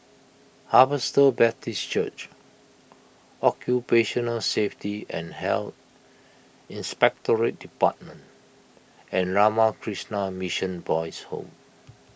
Harvester Baptist Church Occupational Safety and Health Inspectorate Department and Ramakrishna Mission Boys' Home